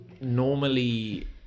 normally